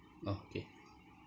okay